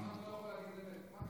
למה אתה לא יכול להגיד,